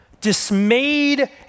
dismayed